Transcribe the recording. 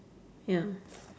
ya